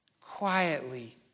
Quietly